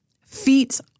Feet